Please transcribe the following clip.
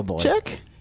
check